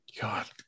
God